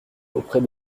auprès